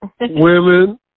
women